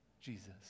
Jesus